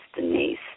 Denise